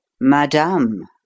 Madame